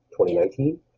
2019